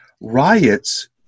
riots